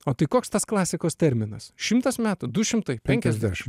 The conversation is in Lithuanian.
o tai koks tas klasikos terminas šimtas metų du šimtai penkiasdešim